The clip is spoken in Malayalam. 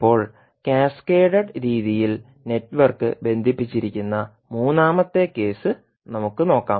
ഇപ്പോൾ കാസ്കേഡഡ് രീതിയിൽ നെറ്റ്വർക്ക് ബന്ധിപ്പിച്ചിരിക്കുന്ന മൂന്നാമത്തെ കേസ് നമുക്ക് നോക്കാം